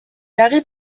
arrive